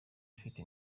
ifite